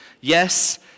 Yes